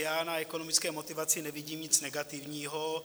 Já na ekonomické motivaci nevidím nic negativního.